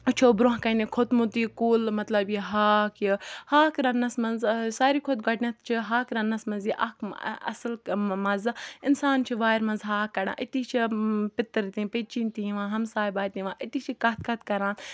أچھَو برونٛہہ کَنہِ کھوٚتمُت یہِ کُل مَطلَب یہِ ہاکھ یہِ ہاکھ رَننَس مَنٛز ساروی کھۄتہٕ گۄڈنٮ۪تھ چھِ ہاکھ رَننَس مَنٛز یہِ اکھ اَصل مَزٕ اِنسان چھُ وارِ مَنٛز ہاکھ کَڑان أتی چھُ پیٚتٕر تہٕ پیٚچِن تہِ یِوان ہَمساے بایہِ تہِ یِوان أتی چھِ کَتھ کَتھ کَران